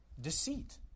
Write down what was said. deceit